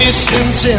Distance